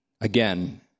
again